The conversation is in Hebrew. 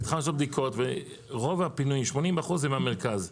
והתחלנו לעשות בדיקות ורוב הפינוי, 80% זה מהמרכז.